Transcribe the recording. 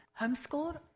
Homeschooled